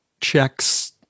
checks